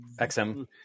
xm